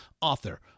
author